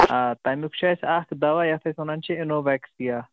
آ تمیُک چھُ اَسہِ اکھ دوا یتھ أسۍ ونان چھِ اِنو وٮ۪کسِیا